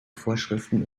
vorschriften